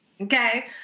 Okay